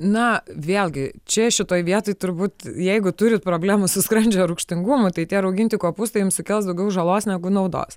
na vėlgi čia šitoj vietoj turbūt jeigu turit problemų su skrandžio rūgštingumu tai tie rauginti kopūstai jums sukels daugiau žalos negu naudos